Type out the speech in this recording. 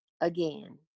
again